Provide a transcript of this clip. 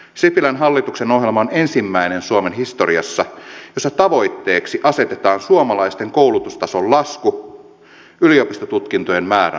sipilän hallituksen ohjelma on suomen historiassa ensimmäinen jossa tavoitteeksi asetetaan suomalaisten koulutustason lasku yliopistotutkintojen määrän lasku